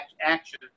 action